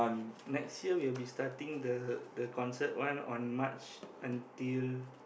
next year we'll be starting the the concert one on March until